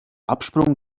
absprung